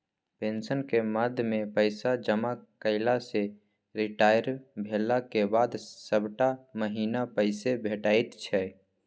पेंशनक मदमे पैसा जमा कएला सँ रिटायर भेलाक बाद सभटा महीना पैसे भेटैत छै